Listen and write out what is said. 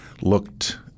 looked –